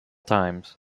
times